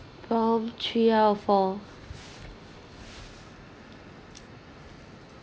prompt three out of four